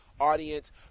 audience